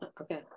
okay